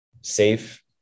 safe